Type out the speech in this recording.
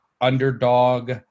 underdog